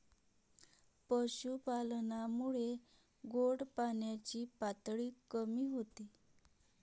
पशुपालनामुळे गोड पाण्याची पातळी कमी होते